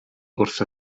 wrth